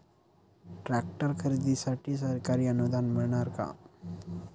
Tractor खरेदीसाठी सरकारी अनुदान मिळणार का?